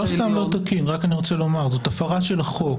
הוא לא סתם לא תקין, זאת הפרה של החוק.